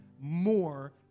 more